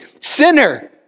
sinner